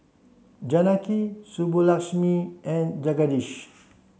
Janaki Subbulakshmi and Jagadish